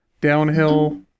downhill